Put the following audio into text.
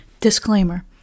Disclaimer